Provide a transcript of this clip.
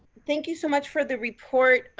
thank you so much for the report.